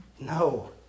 No